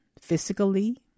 physically